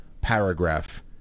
paragraph